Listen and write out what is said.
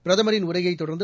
பிரதமரின் உரையைத் தொடர்ந்து